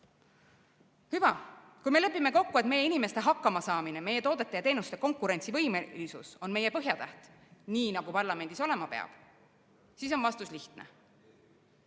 kui me lepime kokku, et meie inimeste hakkamasaamine, meie toodete ja teenuste konkurentsivõimelisus on meie Põhjatäht, nii nagu parlamendis olema peab, siis on vastus lihtne: